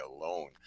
alone